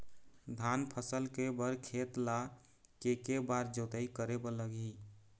धान फसल के बर खेत ला के के बार जोताई करे बर लगही?